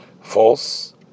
false